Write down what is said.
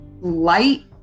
light